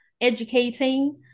educating